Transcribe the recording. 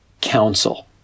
counsel